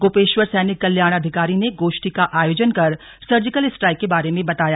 गोपेश्वर सैनिक कल्याण अधिकारी ने गोष्ठी का आयोजन कर सर्जिकल स्ट्राइक के बारे में बताया